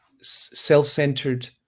self-centered